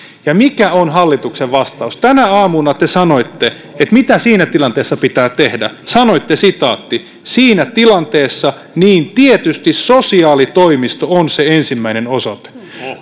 ja mikä on hallituksen vastaus tänä aamuna te sanoitte mitä siinä tilanteessa pitää tehdä sanoitte siinä tilanteessa tietysti sosiaalitoimisto on se ensimmäinen osoite